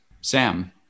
Sam